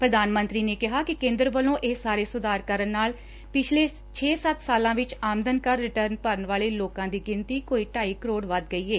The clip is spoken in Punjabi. ਪ੍ਰਧਾਨ ਮੰਤਰੀ ਨੇ ਕਿਹਾ ਕਿ ਕੇਦਰ ਵੱਲੋ ਇਹ ਸਾਰੇ ਸੁਧਾਰ ਕਰਨ ਨਾਲ ਪਿਛੇ ਛੇ ਸੱਤ ਸਾਲਾ ਵਿਚ ਆਮਦਨ ਕਰ ਰਿਟਰਨ ਭਰਨ ਵਾਲੇ ਲੋਕਾ ਦੀ ਗਿਣਤੀ ਕੋਈ ਢਾਈ ਕਰੋੜ ਵੱਧ ਗਈ ਏ